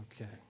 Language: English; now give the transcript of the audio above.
Okay